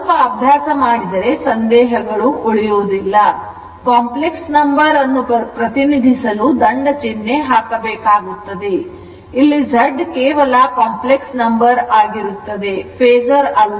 ಸ್ವಲ್ಪ ಅಭ್ಯಾಸ ಮಾಡಿದರೆ ಸಂದೇಹಗಳು ಒಡೆಯುವುದಿಲ್ಲ ಉಳಿಯುವುದಿಲ್ಲ ಕಾಂಪ್ಲೆಕ್ಸ್ ನಂಬರನ್ನು ಪ್ರತಿನಿಧಿಸಲು ದಂಡ ಚಿಹ್ನೆ ಹಾಕಬೇಕಾಗುತ್ತದೆ ಇಲ್ಲಿ Z ಕೇವಲ ಕಾಂಪ್ಲೆಕ್ಸ್ ನಂಬರ್ ಆಗಿರುತ್ತದೆ ಫೇಸರ್ ಅಲ್ಲ